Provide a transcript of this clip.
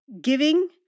giving